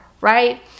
right